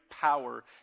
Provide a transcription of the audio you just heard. power